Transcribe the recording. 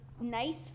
nice